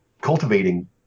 cultivating